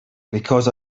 because